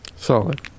Solid